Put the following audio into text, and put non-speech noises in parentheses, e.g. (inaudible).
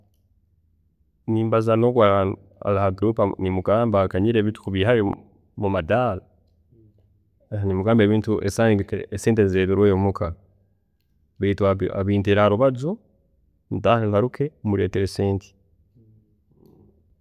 Nimbaza nogwe ari haduuka nimugamba anganyire ebintu kubiihayo mumadaara, nimugamba (hesitation) esente nzeberweeyo muka, beitu abinteere harubaju, ntahe ngaruke mureetere sente